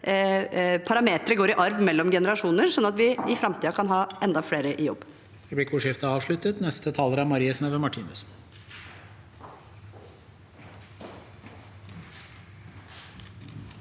parametre ikke går i arv mellom generasjoner, sånn at vi i framtiden kan ha enda flere i jobb.